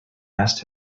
asked